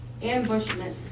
ambushments